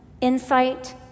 insight